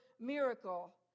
miracle